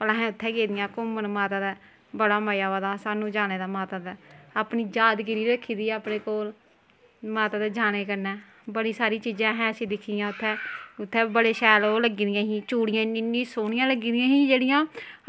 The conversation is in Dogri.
भला अस उत्थें गेदियां हां घूमन माता दे बड़ा मजा अवा दा हा सानूं जाने दा माता दे अपनी यादगिरी रक्खी दी ऐ अपने कोल माता दे जाने कन्नै बड़ी सारी चीजां असें ऐसियां दिक्खियां उत्थें उत्थै बड़ियां शैल ओह् लग्गी दियां हां चूड़ियां इन्नी इन्नी सोह्नी लग्गी दियां हां